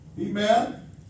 Amen